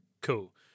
Cool